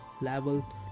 level